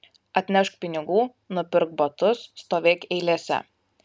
atnešk pinigų nupirk batus stovėk eilėse